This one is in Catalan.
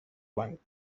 blanc